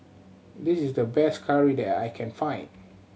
this is the best curry that I can find